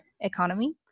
economy